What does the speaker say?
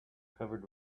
covered